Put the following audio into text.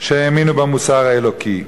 שהאמינו במוסר האלוקי.